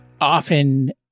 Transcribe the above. often